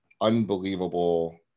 unbelievable